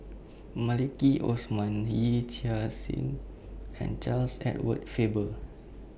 Maliki Osman Yee Chia Hsing and Charles Edward Faber